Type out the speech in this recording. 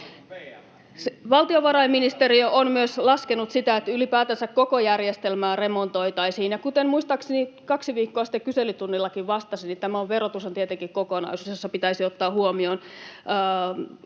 Valtiovarainministeriö on myös laskenut sitä, että ylipäätänsä koko järjestelmää remontoitaisiin, ja kuten muistaakseni kaksi viikkoa sitten kyselytunnillakin vastasin, niin verotus on tietenkin kokonaisuus, jossa pitäisi ottaa huomioon